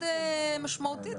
שלא חלות הוראות סעיף 307,